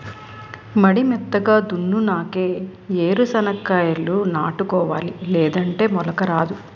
మడి మెత్తగా దున్నునాకే ఏరు సెనక్కాయాలు నాటుకోవాలి లేదంటే మొలక రాదు